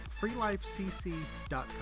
freelifecc.com